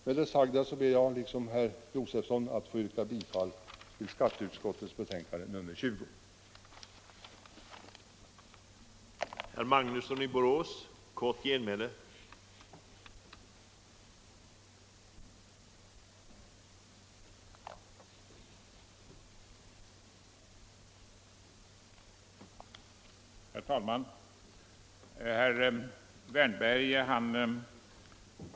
Med det anförda ber jag att i likhet med herr Josefson få yrka bifall till skatteutskottets hemställan i utskottets betänkande nr 20.